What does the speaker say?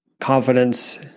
confidence